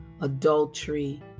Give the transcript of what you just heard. adultery